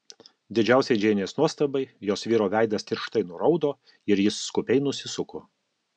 didžiausiai džeinės nuostabai jos vyro veidas tirštai nuraudo ir jis skubiai nusisuko